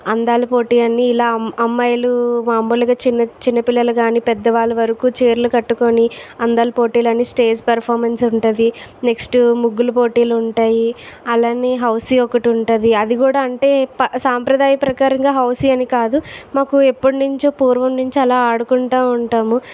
అందాల పోటీ అని ఇలా అమ్మా అమ్మాయిలు మాములుగా చిన్న చిన్న పిల్లలు గాని పెద్దవాళ్ల వరకు చీరలు కట్టుకొని అందాలు పోటీలు అన్ని స్టేజ్ పెర్ఫార్మెన్స్ ఉంటుంది నెక్స్ట్ ముగ్గులు పోటీలు ఉంటాయి అలానే హౌసీ ఒకటి ఉంటుంది అది కూడా అంటే సాంప్రదాయ ప్రకారంగా హౌసీ అని కాదు మాకు ఎప్పుడు నుంచో పూర్వం నుంచి అలా ఆడుకుంటూ ఉంటాము